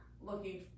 looking